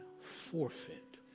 forfeit